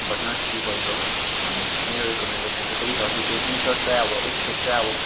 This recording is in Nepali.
बट नट चिप अल्सो अनि मेरो रिकोमेन्डेसन चाहिँ त्यही छ कि त्यो टी सर्ट चाहिँ अब एकखेप चाहिँ अब